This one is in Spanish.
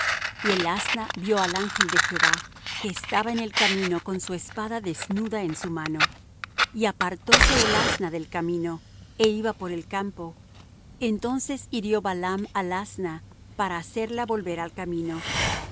y el asna vió al ángel de jehová que estaba en el camino con su espada desnuda en su mano y apartóse el asna del camino é iba por el campo entonces hirió balaam al asna para hacerla volver al camino